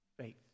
Faith